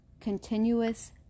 continuous